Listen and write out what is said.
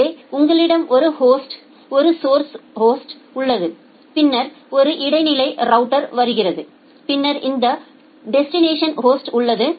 எனவே உங்களிடம் ஒரு ஹோஸ்ட் ஒரு சோர்ஸ் ஹோஸ்ட் உள்ளது பின்னர் ஒரு இடைநிலை ரவுட்டர்க்கு வருகிறோம் பின்னர் இந்த டெஸ்டினேஷன் ஹோஸ்ட் உள்ளது